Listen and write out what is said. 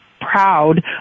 proud